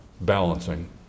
balancing